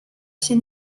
się